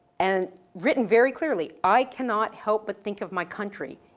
and written very clearly, i cannot help but think of my country.